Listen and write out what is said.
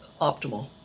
optimal